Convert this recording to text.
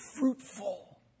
fruitful